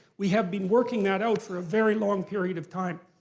we have been working that out for a very long period of time.